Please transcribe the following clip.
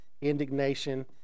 indignation